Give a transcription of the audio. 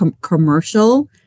commercial